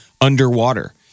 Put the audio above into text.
underwater